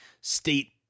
state